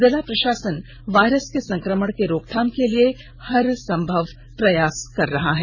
जिला प्रशासन वायरस के संकमण की रोकथाम के लिए हर संभव प्रयास कर रहा है